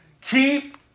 Keep